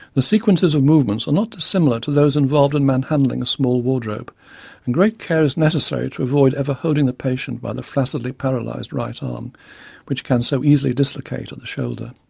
the sequences of movements are not dissimilar to those involved in manhandling a small wardrobe and great care is necessary to avoid ever holding the patient by the flaccidly paralysed right arm which can so easily dislocate at the shoulder.